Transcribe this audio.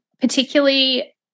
particularly